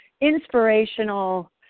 inspirational